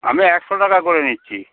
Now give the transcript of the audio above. আমি একশো টাকা করে নিচ্ছি